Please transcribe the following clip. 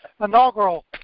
inaugural